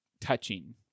touching